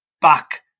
back